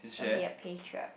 don't be a patriot